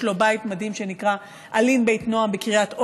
יש לו בית מדהים שנקרא אלין בית נועם בקריית אונו.